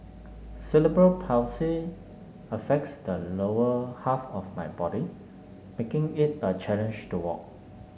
cerebral Palsy affects the lower half of my body making it a challenge to walk